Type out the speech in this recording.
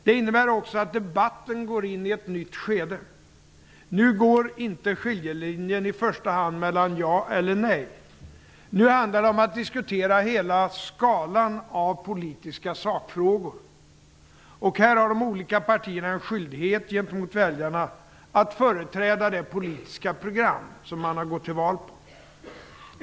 Det innebär också att debatten går in i ett nytt skede. Nu går inte skiljelinjen i första hand mellan ja och nej. Nu handlar det om att diskutera hela skalan av politiska sakfrågor. De olika partierna har en skyldighet gentemot väljarna att företräda det politiska program som de har gått till val på.